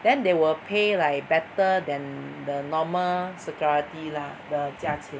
then they will pay like better than the normal security lah 的价钱